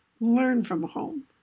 learn-from-home